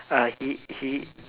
uh he he